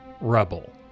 rebel